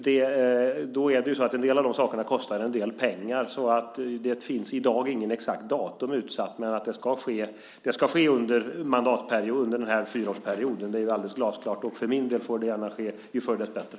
Men en del av dem kostar en del pengar, så i dag finns inget exakt datum utsatt. Men att detta ska ske under den här fyraårsperioden är alldeles glasklart. För min del får det gärna ske - ju förr, desto bättre.